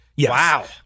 Wow